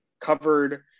covered